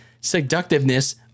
seductiveness